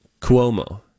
Cuomo